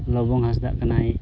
ᱞᱚᱵᱚ ᱦᱟᱸᱥᱫᱟ ᱠᱟᱱᱟᱭ